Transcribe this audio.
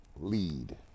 lead